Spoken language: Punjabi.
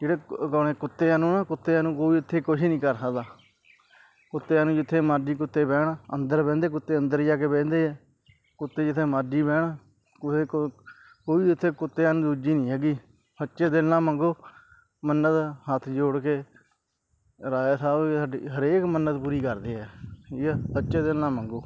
ਜਿਹੜੇ ਕੁੱਤਿਆਂ ਨੂੰ ਨਾ ਕੁੱਤਿਆਂ ਨੂੰ ਕੋਈ ਇੱਥੇ ਕੁਝ ਨਹੀਂ ਕਰ ਸਕਦਾ ਕੁੱਤਿਆਂ ਨੂੰ ਜਿੱਥੇ ਮਰਜ਼ੀ ਕੁੱਤੇ ਬਹਿਣ ਅੰਦਰ ਬਹਿੰਦੇ ਕੁੱਤੇ ਅੰਦਰ ਜਾ ਕੇ ਬਹਿੰਦੇ ਆ ਕੁੱਤੇ ਜਿੱਥੇ ਮਰਜ਼ੀ ਬਹਿਣ ਕੋਲ ਕੋਈ ਉੱਥੇ ਕੁੱਤਿਆਂ ਨੂੰ ਦੂਜੀ ਨਹੀਂ ਹੈਗੀ ਸੱਚੇ ਦਿਲ ਨਾ ਮੰਗੋ ਮੰਨਤ ਹੱਥ ਜੋੜ ਕੇ ਰਾਜਾ ਸਾਹਿਬ ਜੀ ਸਾਡੀ ਹਰੇਕ ਮੰਨਤ ਪੂਰੀ ਕਰਦੇ ਆ ਠੀਕ ਆ ਸੱਚੇ ਦਿਨ ਨਾਲ ਮੰਗੋ